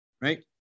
Right